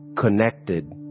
connected